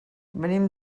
venim